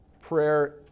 Prayer